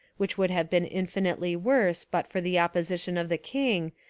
which would have been infinitely worse but for the opposition of the king,